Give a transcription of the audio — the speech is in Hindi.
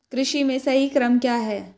कृषि में सही क्रम क्या है?